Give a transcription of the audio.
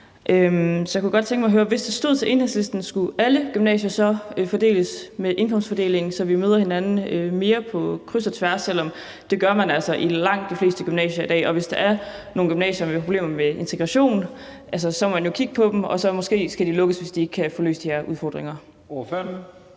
Så jeg kunne godt tænke mig at høre, om man, hvis det stod til Enhedslisten, i alle gymnasier skulle fordeles med indkomstfordelingen, så man møder hinanden mere på kryds og tværs, selv om man altså også gør det i langt de fleste gymnasier i dag, og man, hvis der er nogle gymnasier med problemer med integration, jo så må kigge på dem på, om de så måske skal lukkes, hvis de ikke kan få løst de her udfordringer.